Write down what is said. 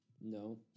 No